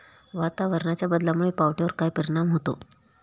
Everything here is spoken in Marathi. वातावरणाच्या बदलामुळे पावट्यावर काय परिणाम होतो?